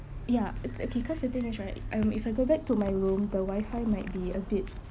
ya eh okay because the thing is right um if I go back to my room the wifi might be a bit